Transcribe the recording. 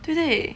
对对